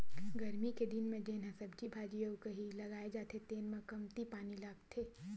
गरमी के दिन म जेन ह सब्जी भाजी अउ कहि लगाए जाथे तेन म कमती पानी लागथे